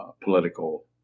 political